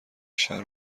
شهر